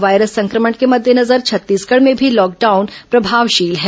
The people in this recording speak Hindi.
कोरोना वायरस संक्रमण के मद्देनजर छत्तीसगढ़ में भी लॉकडाउन प्रभावशील है